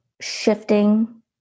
shifting